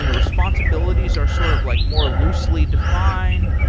you know responsibilities are sort of like more loosely defined.